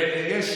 יש